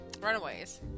Runaways